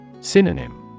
Synonym